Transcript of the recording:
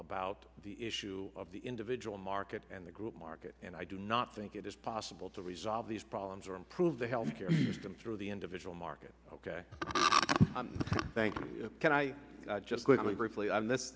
about the issue of the individual market and the group market and i do not think it is possible to resolve these problems or improve the health care system through the individual market ok thank you can i just quickly briefly